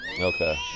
Okay